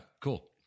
cool